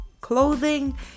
clothing